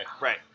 Right